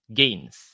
gains